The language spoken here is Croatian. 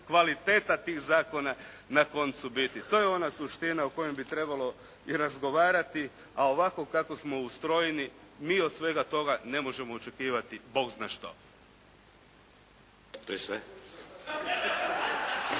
kvaliteta tih zakona na koncu biti. To je ona suština o kojem bi trebalo i razgovarati, a ovako kako smo ustrojeni mi od svega toga ne možemo očekivati Bog zna što. **Šeks,